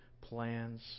plans